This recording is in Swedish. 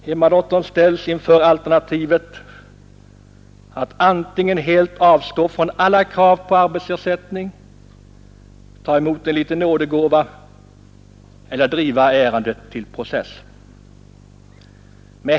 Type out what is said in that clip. Hemmadottern ställs inför alternativet att antingen helt avstå från alla krav på arbetsersättning, att ta emot en liten ”nådegåva”, eller att driva ärendet till process.